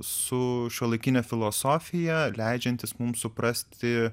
su šiuolaikine filosofija leidžiantis mums suprasti